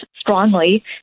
strongly